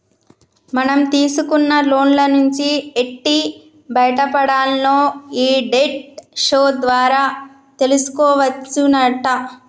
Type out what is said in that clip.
మనం తీసుకున్న లోన్ల నుంచి ఎట్టి బయటపడాల్నో ఈ డెట్ షో ద్వారా తెలుసుకోవచ్చునట